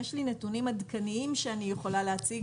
יש לי נתונים עדכניים מ-2020 שאני יכולה להציג.